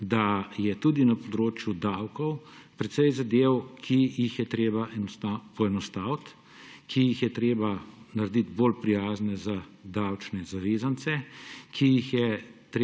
da je tudi na področju davkov precej zadev, ki jih je treba poenostaviti, ki jih je treba narediti bolj prijazne za davčne zavezance, ki jih je